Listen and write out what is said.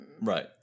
Right